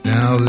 Now